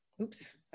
Oops